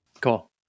Cool